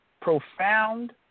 profound